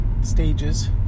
stages